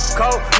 cold